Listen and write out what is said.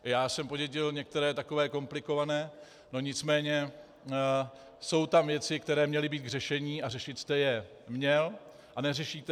Já jsem podědil některé takové komplikované, nicméně jsou tam věci, které měly být k řešení, a řešit jste je měl a neřešíte.